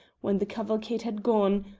when the cavalcade had gone,